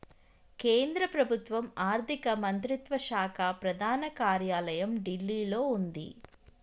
కేంద్ర ప్రభుత్వం ఆర్ధిక మంత్రిత్వ శాఖ ప్రధాన కార్యాలయం ఢిల్లీలో వుంది